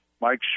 Mike